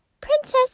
Princess